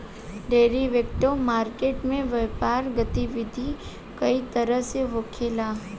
derivative market में व्यापारिक गतिविधि कई तरह से होखेला